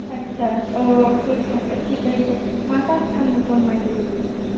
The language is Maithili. अच्छा तऽ फिर की कहए छै माता स्थानमे कोन मायके मंदिर छै